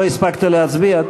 לא הספקת להצביע.